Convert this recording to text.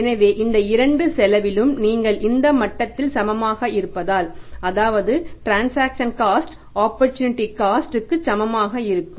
எனவே இந்த இரண்டு செலவிலும் நீங்கள் இந்த மட்டத்தில் சமமாக இருந்தால் அதாவது டிரன்சாக்சன் காஸ்ட் இக்கு சமமாக இருக்கும்